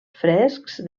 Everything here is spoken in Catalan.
frescs